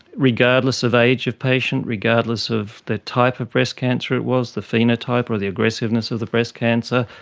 regardless of age of patient, regardless of the type of breast cancer it was, the phenotype or the aggressiveness of the breast cancer,